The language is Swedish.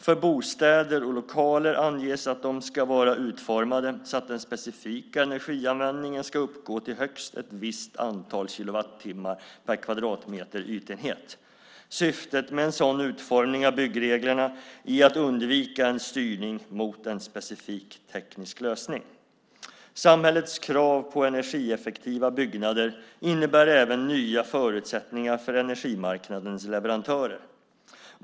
För bostäder och lokaler anges att de ska vara utformade så att den specifika energianvändningen ska uppgå till högst ett visst antal kilowattimmar per kvadratmeter ytenhet. Syftet med en sådan utformning av byggreglerna är att undvika en styrning mot en specifik teknisk lösning. Samhällets krav på energieffektiva byggnader innebär även nya förutsättningar för energimarknadens leverantörer.